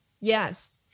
Yes